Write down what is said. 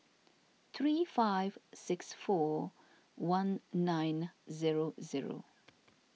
three five six four one nine zero zero